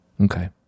Okay